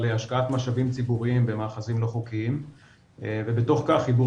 השקעת משאבים ציבוריים במאחזים לא חוקיים ובתוך כך חיבור